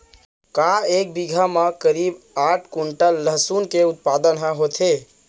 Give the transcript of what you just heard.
का एक बीघा म करीब आठ क्विंटल लहसुन के उत्पादन ह होथे?